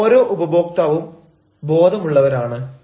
ഇന്ന് ഓരോ ഉപഭോക്താവും ബോധമുള്ളവരാണ്